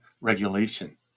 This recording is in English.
regulation